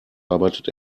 arbeitet